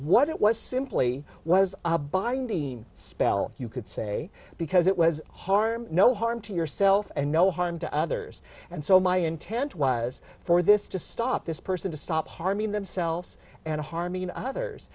what it was simply was a buy spell you could say because it was harm no harm to yourself and no harm to others and so my intent was for this to stop this person to stop harming themselves and harming others